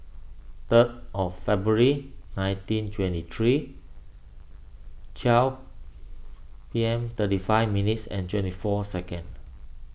third of February nineteen twenty three twelve P M thirty five minutes and twenty four second